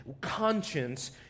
conscience